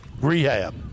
rehab